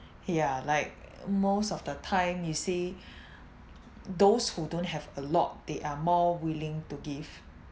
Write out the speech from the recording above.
ya like most of the time you see those who don't have a lot they are more willing to give